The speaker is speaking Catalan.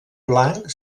blanc